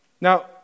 Now